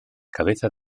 cabeza